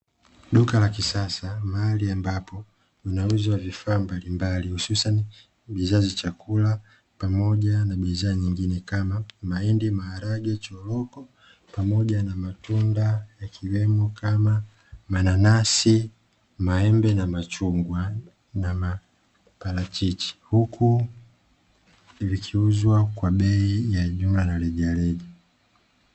Duka la kisasa mahali ambapo kunauzwa vifaa mbalimbali hususani bidhaa za chakula, pamoja nabidhaa nyingine kama mahindi, maharage, choroko pamoja na matunda yakiwemo kama mananasi, maembe na machungwa na maparachichi. Huku vikiuzwa kwa bei ya jumla na rejareja.